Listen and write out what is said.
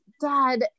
dad